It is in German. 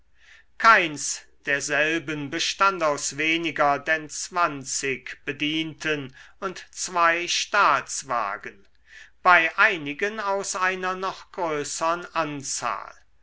keins derselben bestand aus weniger denn zwanzig bedienten und zwei staatswagen bei einigen aus einer noch größern anzahl